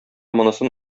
монысын